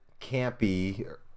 campy